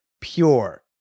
Pure